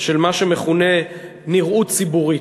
של מה שמכונה נראות ציבורית.